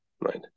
right